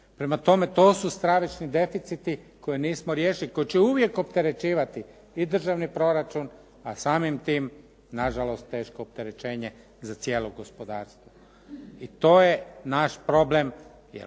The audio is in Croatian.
Prema tome, to su stravični deficiti koje nismo riješili, koji će uvijek opterećivati i državni proračun, a samim tim na žalost teško opterećenje za cijelo gospodarstvo. I to je naš problem,